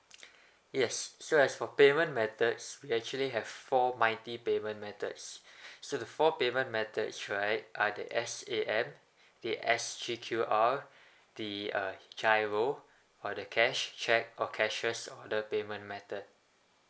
yes so as for payment methods we actually have four mighty payment methods so the four payment methods right are the S_A_M the S_G_Q_R the uh giro or the cash check or cashier's order payment method